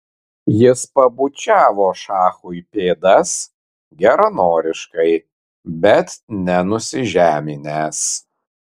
jis pabučiavo šachui pėdas geranoriškai bet ne nusižeminęs